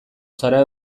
zara